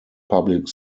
public